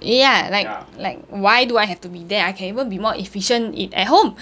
ya like like why do I have to be there I can even be more efficient in at home